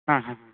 ಹಾಂ ಹಾಂ ಹಾಂ